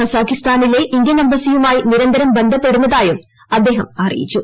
കസാഖിസ്ഥാനിലെ Indian എംബസിയുമായി നിരന്തരം ബന്ധപ്പെടുന്നതായും അദ്ദേഹം അറിയിച്ചു